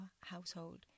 household